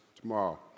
tomorrow